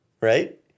right